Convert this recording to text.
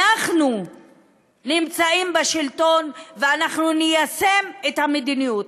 אנחנו נמצאים בשלטון ואנחנו ניישם את המדיניות.